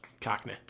Cockney